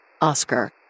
Oscar